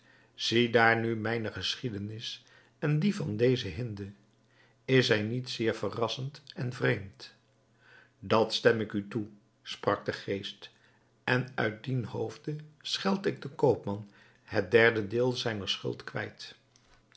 ziedaar nu mijne geschiedenis en die van deze hinde is zij niet zeer verrassend en vreemd dat stem ik u toe sprak de geest en uit dien hoofde scheld ik den koopman het derde deel zijner schuld kwijt